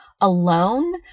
alone –